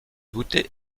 goûté